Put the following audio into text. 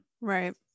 Right